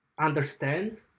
understand